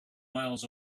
miles